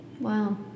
Wow